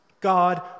God